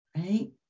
right